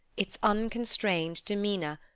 its unconstrained demeanour,